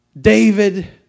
David